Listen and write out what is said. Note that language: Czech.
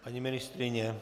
Paní ministryně?